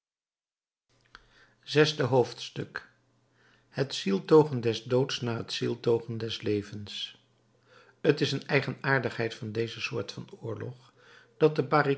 zesde hoofdstuk het zieltogen des doods na het zieltogen des levens t is een eigenaardigheid van deze soort van oorlog dat de